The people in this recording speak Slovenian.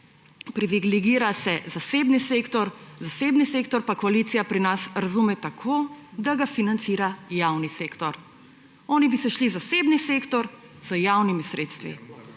privilegira se zasebni sektor, zasebni sektor pa koalicija pri nas razume tako, da ga financira javni sektor. Oni bi se šli zasebni sektor z javnimi sredstvi.